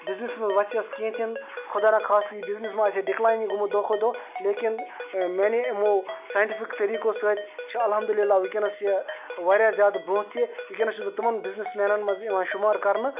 بِزنٮ۪سَس منٛز وَژھیس کینٛہہ تہِ نہٕ خۄدا ناخاستہٕ یہِ بِزنٮ۪س مہ آسہِ ہا ڈِکلاینی گوٚمُت دۄہ کھۄتہٕ دۄہ لیکن میٛانہِ یِمو سایٚٹِفِک طٔریٖقو سۭتۍ چھِ الحمدُاللہ وٕنکٮ۪س یہِ واریاہ زیادٕ بروںٛہہ تہِ وٕنکٮ۪س چھُس بہٕ تِمَن بِزنٮ۪س مینَن منٛز یِوان شُمار کَرنہٕ